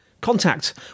contact